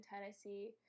tennessee